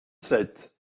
sept